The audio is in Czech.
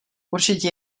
určitě